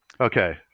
okay